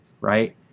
Right